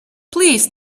please